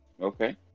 Okay